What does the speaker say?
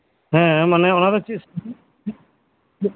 ᱦᱮᱸ ᱢᱟᱱᱮ ᱚᱱᱟ ᱫᱚ ᱪᱤᱫ ᱥᱤᱨᱚᱢ ᱨᱮᱱᱟᱜ ᱮᱢ ᱵᱮᱱᱟᱣ ᱠᱟᱫᱟ